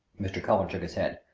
mr. cullen shook his head.